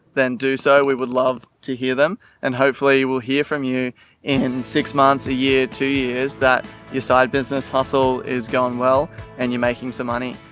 then do so we would love to hear them and hopefully we'll hear from you in six months, a year, two years that your side business hustle is going well and you're making some money.